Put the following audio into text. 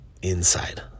inside